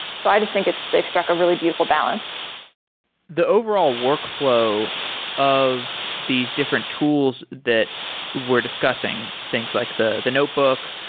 so i just think they've struck a really beautiful balance the overall workflow of these different tools that we're discussing, things like the the notebook,